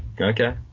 Okay